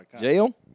Jail